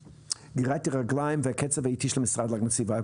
גרירת הרגליים והקצב האיטי של המשרד להגנת הסביבה.